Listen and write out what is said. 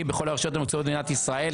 בכל הרשויות המתוקצבות במדינת ישראל),